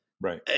Right